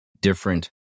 different